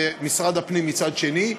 ומשרד הפנים מצד שני,